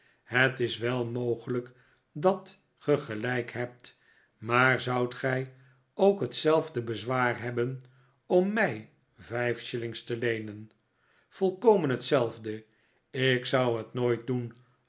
het is wel mogelijk dat ge gelijk hebt maar zoudt gij ook hetzelfde bezwaar hebben om m ij vijf shillings te leenen volkomen hetzelfde ik zou het nooit doen